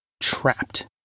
trapped